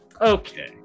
Okay